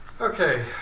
Okay